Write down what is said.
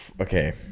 okay